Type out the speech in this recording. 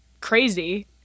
crazy